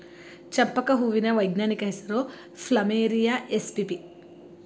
ಚಂಪಕ ಹೂವಿನ ವೈಜ್ಞಾನಿಕ ಹೆಸರು ಪ್ಲಮೇರಿಯ ಎಸ್ಪಿಪಿ